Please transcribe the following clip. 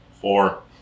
Four